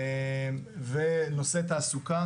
ונושא תעסוקה,